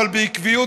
אבל בעקביות,